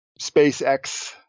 SpaceX